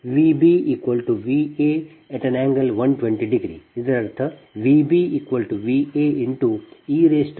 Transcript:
ಈಗ ಈ ಸಂದರ್ಭದಲ್ಲಿ VbVa∠ 120